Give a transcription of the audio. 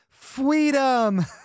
Freedom